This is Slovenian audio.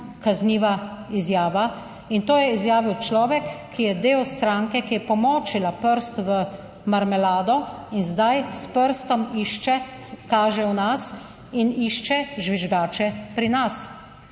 kazniva izjava. In to je izjavil človek, ki je del stranke, ki je pomočila prst v marmelado, in zdaj s prstom išče, kaže v nas in išče žvižgače pri nas.